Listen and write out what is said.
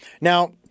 Now